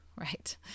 right